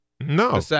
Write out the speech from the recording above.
No